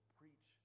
preach